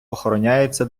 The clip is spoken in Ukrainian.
охороняються